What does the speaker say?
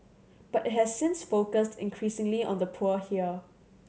but it has since focused increasingly on the poor here